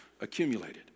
accumulated